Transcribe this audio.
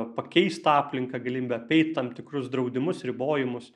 pakeist aplinką galimybė apeit tam tikrus draudimus ribojimus